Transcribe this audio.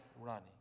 running